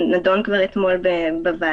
זה נדון כבר אתמול בוועדה.